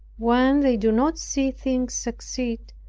when they do not see things succeed,